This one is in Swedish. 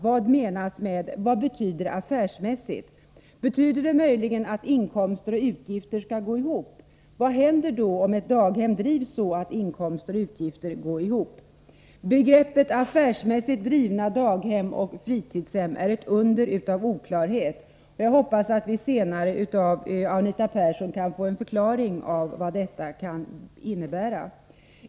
Vad betyder affärsmässigt? Betyder det möjligen att inkomster och utgifter skall gå ihop? Vad händer då om ett kommunalt daghem drivs så att inkomster och utgifter går ihop? Begreppet ”affärsmässigt drivna daghem och fritidshem” är ett under av oklarhet. Jag hoppas att vi senare av Anita Persson kan få en förklaring av vad detta kan innebära.